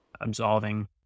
absolving